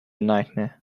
nightmare